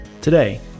today